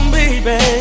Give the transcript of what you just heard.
baby